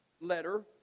letter